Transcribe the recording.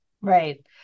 Right